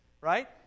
right